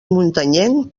muntanyenc